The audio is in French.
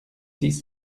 six